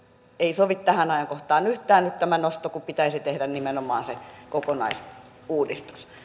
ei sovi tähän ajankohtaan yhtään nyt tämä nosto kun pitäisi tehdä nimenomaan se kokonaisuudistus